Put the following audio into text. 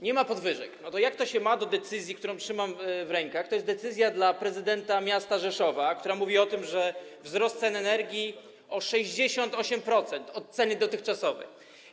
Nie ma podwyżek, to jak to się ma do decyzji, którą trzymam w rękach, to jest decyzja dla prezydenta miasta Rzeszowa, która mówi o tym, że wzrost cen energii o 68% w stosunku do dotychczasowej ceny?